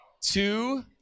Two